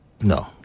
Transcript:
no